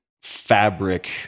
fabric